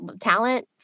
talent